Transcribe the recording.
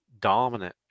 dominant